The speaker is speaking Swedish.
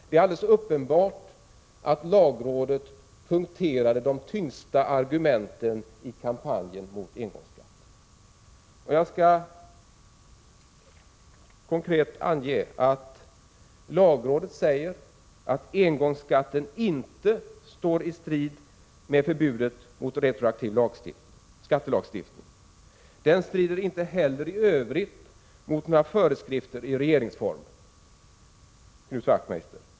Det är alldeles uppenbart att lagrådet punkterade de tyngsta argumenten i kampanjen mot engångsskatten. Lagrådet säger att engångsskatten inte står i strid med förbudet mot retroaktiv skattelagstiftning, och den strider inte heller i övrigt mot några föreskrifter i regeringsformen, Knut Wachtmeister.